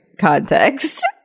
context